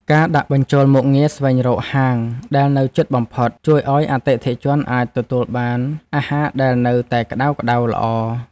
ការដាក់បញ្ចូលមុខងារស្វែងរកហាងដែលនៅជិតបំផុត ជួយឱ្យអតិថិជនអាចទទួលបានអាហារដែលនៅតែក្តៅៗល្អ។